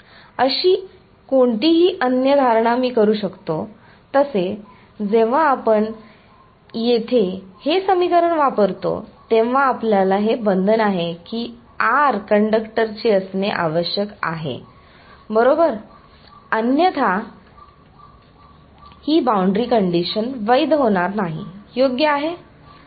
अशी कोणतीही अन्य धारणा मी करू शकतो तसे जेव्हा आपण येथे हे समीकरण वापरतो तेव्हा आपल्याला हे बंधन आहे की r कंडक्टरची असणे आवश्यक आहे बरोबर अन्यथा ही बाउंड्री कंडिशन वैध होणार नाही योग्य आहे